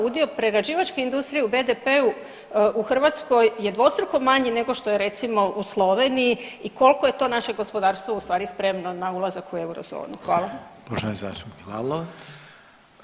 Udio prerađivačke industrije u BDP-u u Hrvatskoj je dvostruko manji nego što je recimo u Sloveniji i koliko je to naše gospodarstvo ustvari spremno na ulazak u eurozonu.